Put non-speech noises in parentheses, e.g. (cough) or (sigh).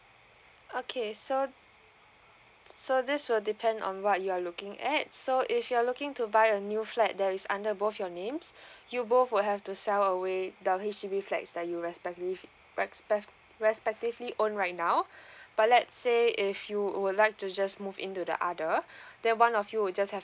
okay so so this will depend on what you are looking at so if you're looking to buy a new flat there is under both your names (breath) you both will have to sell away the H_D_B flats that you respectly respect respectively own right now (breath) but let's say if you would like to just move into the other (breath) then one of you would just have